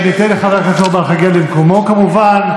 ניתן לחבר הכנסת אורבך להגיע למקומו, כמובן.